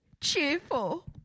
cheerful